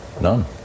None